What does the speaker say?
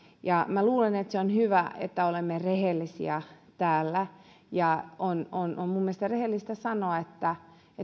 ja minä luulen että on hyvä että olemme rehellisiä täällä on minun mielestäni rehellistä sanoa että